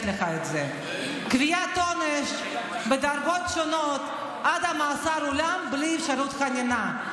יש לך את זה: קביעת עונש בדרגות שונות עד מאסר עולם בלי אפשרות חנינה,